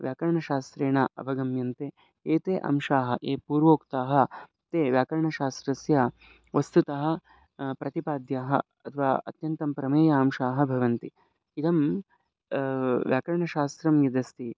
व्याकरणशास्त्रेण अवगम्यन्ते एते अंशाः ये पूर्वोक्ताः ते व्याकरणशास्त्रस्य वस्तुतः प्रतिपाद्याः अथवा अत्यन्तं प्रमेयाशाः भवन्ति इदं व्याकरणशास्त्रं यद् अस्ति